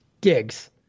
gigs